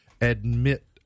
admit